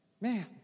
man